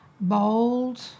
bold